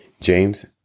James